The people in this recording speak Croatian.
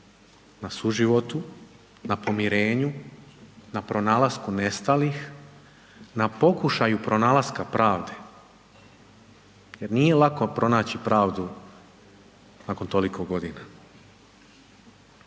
Na suživotu, na pomirenju, na pronalasku nestalih, na pokušaju pronalaska pravde. Jer nije lako pronaći pravdu nakon toliko godina.